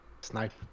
snipe